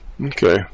okay